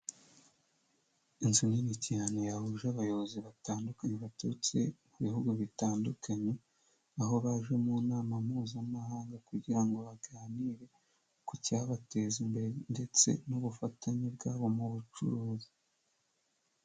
Inzu nini cyane yahuje abayobozi batandukanye baturutse mu bihugu bitandukanye aho baje mu nama mpuzamahanga kugira ngo baganire ku cyabateza imbere ndetse n'ubufatanye bwabo mu bucuruzi.